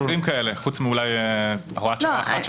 כמה מקרים כאלה יש חוץ אולי מהוראת שעה אחת שפקעה?